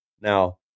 Now